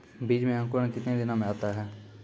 बीज मे अंकुरण कितने दिनों मे आता हैं?